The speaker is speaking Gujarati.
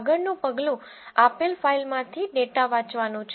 આગળનું પગલું આપેલ ફાઇલમાંથી ડેટા વાંચવાનું છે